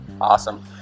Awesome